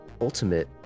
ultimate